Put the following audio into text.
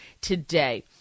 today